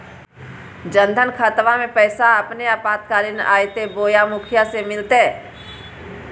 जन धन खाताबा में पैसबा अपने आपातकालीन आयते बोया मुखिया से मिलते?